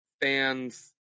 fans